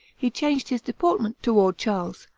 he changed his deportment toward charles,